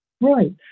Right